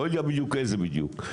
לא יודע בדיוק איזה בדיוק,